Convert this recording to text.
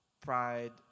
pride